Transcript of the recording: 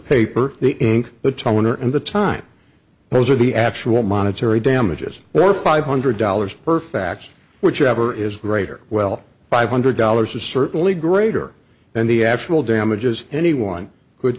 paper the ink the toner and the time those are the actual monetary damages or five hundred dollars per faction which ever is greater well five hundred dollars is certainly greater than the actual damages anyone